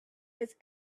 his